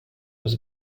was